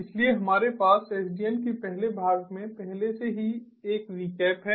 इसलिए हमारे पास SDN के पहले भाग में पहले से ही एक रिकैप है